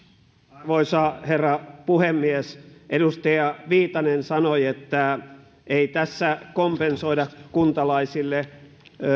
arvoisa herra puhemies edustaja viitanen sanoi että ei tässä kompensoida kuntalaisille